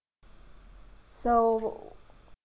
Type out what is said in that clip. so